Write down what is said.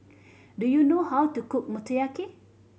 do you know how to cook Motoyaki